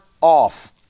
off